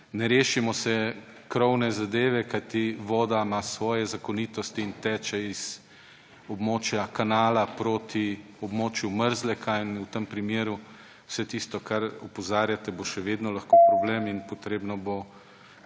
ne rešimo krovne zadeve, kajti voda ima svoje zakonitosti in teče z območja Kanala proti območju Mrzleka. In v tem primeru vse tisto, na kar opozarjate, bo še vedno lahko problem in potrebno bo,